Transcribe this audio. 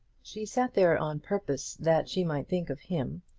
she sat there on purpose that she might think of him,